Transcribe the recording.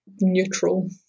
neutral